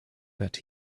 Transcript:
that